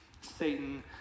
Satan